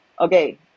okay